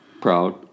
Proud